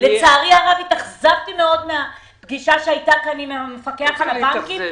לצערי הרב התאכזבתי מאוד מהפגישה שהייתה כאן עם המפקח על הבנקים.